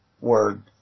word